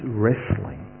wrestling